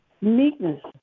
meekness